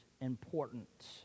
important